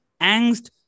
angst